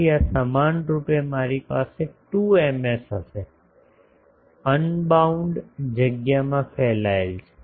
તેથી આ સમાનરૂપે મારી પાસે 2Ms હશે અનબાઉન્ડ જગ્યામાં ફેલાયેલ